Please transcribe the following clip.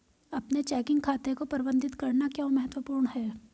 अपने चेकिंग खाते को प्रबंधित करना क्यों महत्वपूर्ण है?